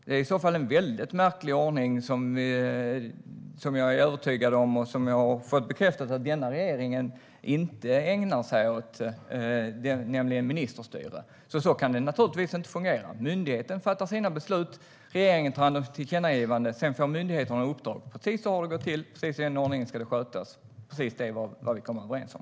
Det är i så fall en väldigt märklig ordning och något som regeringen inte ägnar sig åt, nämligen ministerstyre. Så kan det naturligtvis inte fungera. Myndigheten fattar sina beslut. Regeringen tar hand om tillkännagivandet. Sedan får myndigheterna uppdrag. Precis så har det gått till, och precis i den ordningen ska det skötas. Det är precis vad vi kom överens om.